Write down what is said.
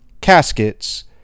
Caskets